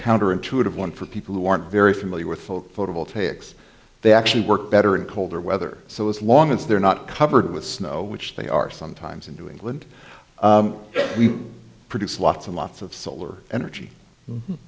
counter intuitive one for people who aren't very familiar with photovoltaics they actually work better in colder weather so as long as they're not covered with snow which they are sometimes in new england we produce lots and lots of solar energy